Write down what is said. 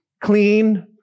clean